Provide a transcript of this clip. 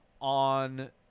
on